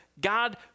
God